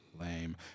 Lame